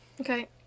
Okay